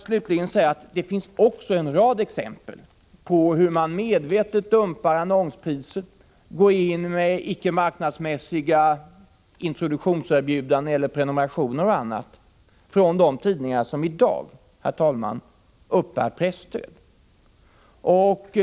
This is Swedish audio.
Slutligen finns det också en rad exempel på hur tidningar som i dag uppbär presstöd medvetet dumpar annonspriser och går ut med icke marknadsmässiga introduktionserbjudanden när det gäller prenumerationer och annat.